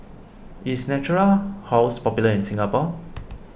is Natura House popular in Singapore